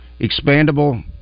expandable